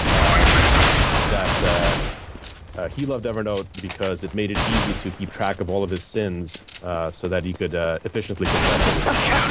um that he loved evernote because it made it easy to keep track of all of his sins so that he could ah efficiently confess every sunday.